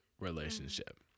relationship